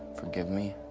forgive me,